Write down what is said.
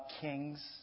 kings